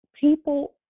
people